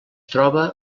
troba